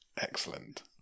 Excellent